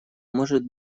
может